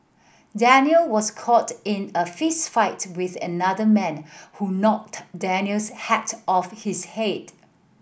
Daniel was caught in a fistfight with another man who knocked Daniel's hat off his head